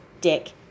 Dick